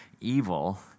evil